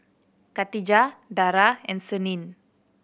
Katijah Dara and Senin